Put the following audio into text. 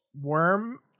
worm